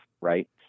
right